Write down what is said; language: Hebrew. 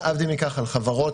להבדיל מכך על חברות,